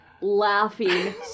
laughing